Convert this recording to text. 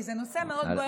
כי זה נושא מאוד בוער,